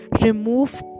remove